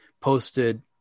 posted